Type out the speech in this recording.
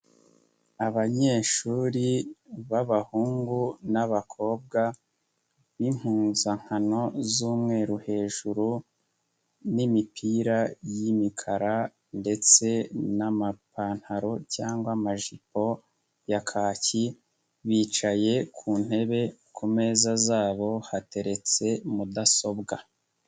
Abanyeshuri b'abahungu n'abakobwa n'impuzankano z'umweru hejuru n'imipira y'imikara ndetse n'amapantaro cyangwa amajipo ya kaki, bicaye ku ntebe, ku meza zabo hateretse mudasobwa.